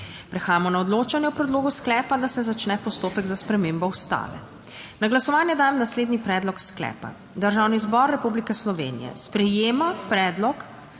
Prehajamo na odločanje o predlogu sklepa, da se začne postopek za spremembo Ustave. Na glasovanje dajem naslednji predlog sklepa: Državni zbor Republike Slovenije sprejema predlog